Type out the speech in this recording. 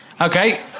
Okay